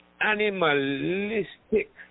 animalistic